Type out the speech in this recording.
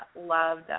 loved